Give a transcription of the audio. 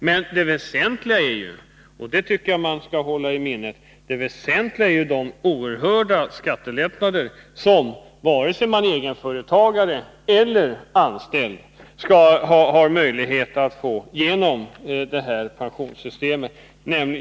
Men det väsentliga är — och det tycker jag att man skall hålla i minnet — de oerhört stora skattelättnader som man, oavsett om man är företagare eller anställd, har möjlighet att få genom det här pensionsförsäkringssystemet.